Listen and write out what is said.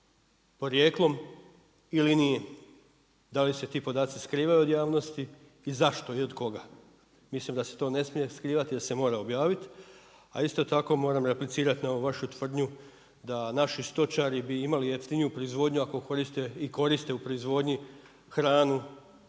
porijeklo ili nije? Dal i se ti podaci skrivaju od javnosti i zašto, i od koga? Mislim da se to ne smije skrivati, da se mora objaviti, a isto tako moram replicirati na ovu vašu tvrdnju da naši stočari bi imali jeftiniju proizvodnju ako koriste i koriste u proizvodnji hranu